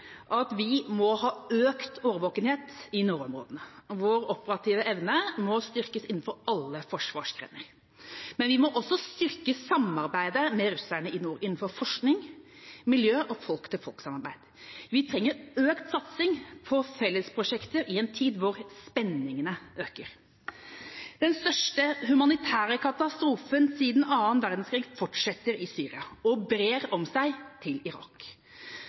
at vi må ha økt årvåkenhet i nordområdene. Vår operative evne må styrkes innenfor alle forsvarsgrener. Men vi må også styrke samarbeidet med russerne i nord innenfor forskning, miljø og folk-til-folk-samarbeid. Vi trenger økt satsing på fellesprosjekter i en tid hvor spenningene øker. Den største humanitære katastrofen siden annen verdenskrig fortsetter i Syria og brer om seg til Irak.